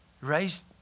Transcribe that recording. Raised